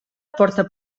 porta